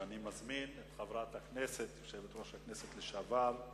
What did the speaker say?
ואני מזמין את יושבת-ראש הכנסת לשעבר,